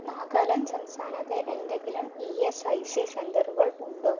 നാഗാലാൻഡ് സംസ്ഥാനത്ത് എന്തെങ്കിലും E S I C സെൻ്ററുകൾ ഉണ്ടോ